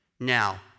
Now